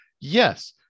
Yes